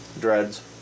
dreads